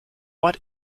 what